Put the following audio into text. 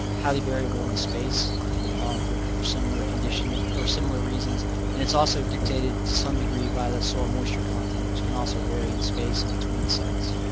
highly variable in space for, for similar conditions, or similar reasons and it's also dictated to some degree by the soil moisture content, which can also vary in space in between sites.